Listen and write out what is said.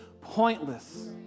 pointless